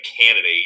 candidate